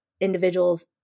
individuals